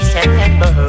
September